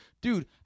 Dude